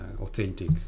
authentic